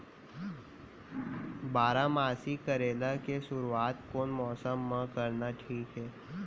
बारामासी करेला के शुरुवात कोन मौसम मा करना ठीक हे?